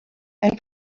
and